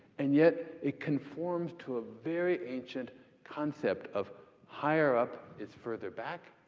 and yet it conforms to a very ancient concept of higher up is further back,